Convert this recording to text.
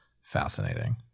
fascinating